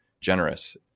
generous